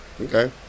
Okay